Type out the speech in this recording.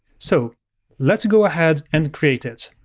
so let's go ahead and create it.